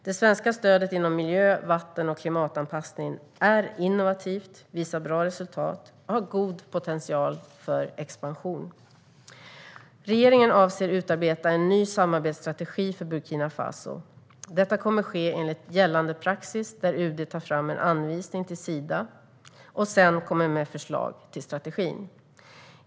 Det svenska stödet inom miljö, vatten och klimatanpassning är innovativt, visar bra resultat och har god potential för expansion. Regeringen avser att utarbeta en ny samarbetsstrategi för Burkina Faso. Detta kommer att ske enligt gällande praxis där UD tar fram en anvisning till Sida som sedan kommer med förslag till strategin.